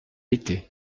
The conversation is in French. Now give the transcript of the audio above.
été